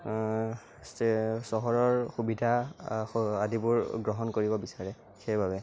চহৰৰ সুবিধা আদিবোৰ গ্ৰহণ কৰিব বিচাৰে সেইবাবে